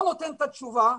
לא נותן את התשובה,